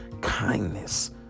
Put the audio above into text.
kindness